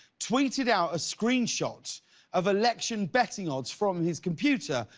tweeted out a screen shot of election betting odds from his computer.